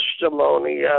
testimony